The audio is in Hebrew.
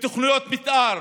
לתוכניות מתאר